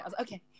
okay